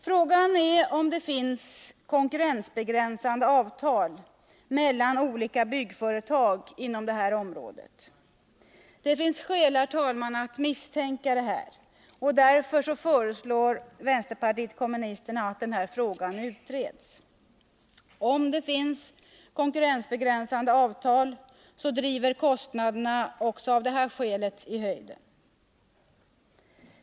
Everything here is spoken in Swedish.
Frågan är om det finns konkurrensbegränsande avtal mellan olika byggföretag inom detta område. Det finns skäl, herr talman, att misstänka detta, och därför föreslår vänsterpartiet kommunisterna att denna fråga utreds. Om det finns konkurrensbegränsande avtal, så drivs kostnaderna också av det skälet i höjden.